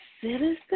citizen